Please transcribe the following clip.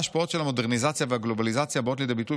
ההשפעות של המודרניזציה והגלובליזציה באות לידי ביטוי